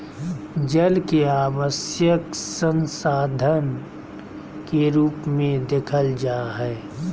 जल के आवश्यक संसाधन के रूप में देखल जा हइ